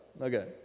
Okay